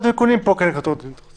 תיקונים לעומת פה שכן יהיה כתוב תיקונים.